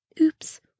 Oops